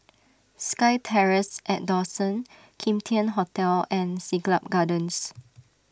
SkyTerrace at Dawson Kim Tian Hotel and Siglap Gardens